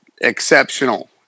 exceptional